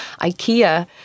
IKEA